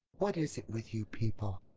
what is it with you people?